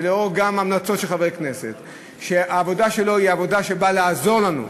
וגם לאור המלצות של חברי הכנסת שהעבודה שלו היא עבודה שבאה לעזור לנו,